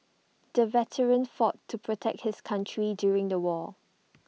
the veteran fought to protect his country during the war